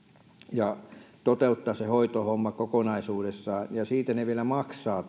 ja toteuttaa se hoitohomma kokonaisuudessaan ja siitä palvelusta he vielä maksavat